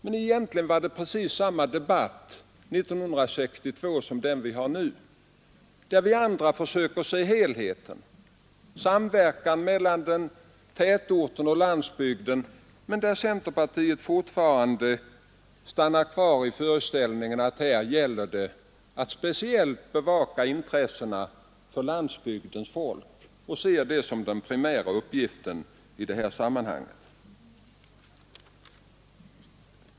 Men egentligen var det precis samma debatt 1962 som den vi för nu, när vi andra försöker se helheten, samverkan mellan tätort och landsbygd, men där centerpartiet fortfarande står kvar i föreställningen att det gäller att speciellt bevaka landsbygdsbefolkningens intressen i motsättning mot andra grupper. Det ser centerpartiet som den primära uppgiften i sammanhanget.